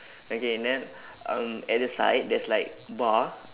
okay then um at the side there's like bar